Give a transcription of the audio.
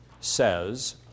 says